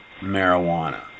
marijuana